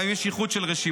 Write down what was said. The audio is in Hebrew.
גם אם יש איחוד של רשימות.